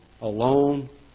alone